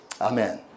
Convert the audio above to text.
Amen